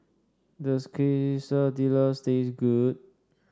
does Quesadillas taste good